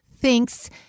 thinks